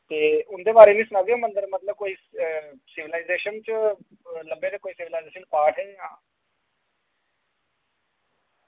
ते उंदे बारे मि सनागे ओह् मंदर मतलब कोई सिविलाइजेशन च लब्बे दे कोई सिविलाइजेशन पार्ट न यां